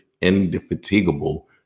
indefatigable